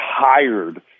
tired